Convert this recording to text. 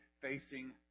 facing